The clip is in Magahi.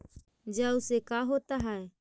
जौ से का होता है?